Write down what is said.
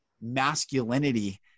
masculinity